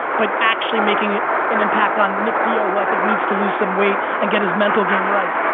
but actually making an impact on nick dio, who i think needs to lose some weight and get his mental game right.